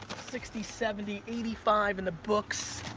sixty, seventy, eighty five and the books,